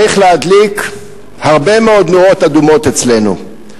צריך להדליק הרבה מאוד נורות אדומות אצלנו.